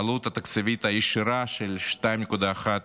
עלות תקציבית ישירה של 2.1